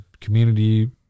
community